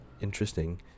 interesting